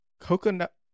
coconut